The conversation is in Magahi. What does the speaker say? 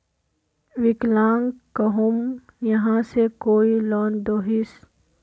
विकलांग कहुम यहाँ से कोई लोन दोहिस?